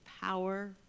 power